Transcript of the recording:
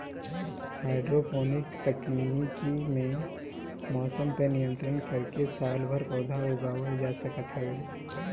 hydroponic तकनीकी में मौसम पअ नियंत्रण करके सालभर पौधा उगावल जा सकत हवे